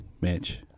Mitch